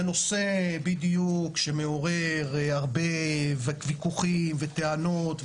זה נושא שמעורר הרבה ויכוחים וטענות,